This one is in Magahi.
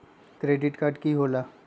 क्रेडिट कार्ड की होला?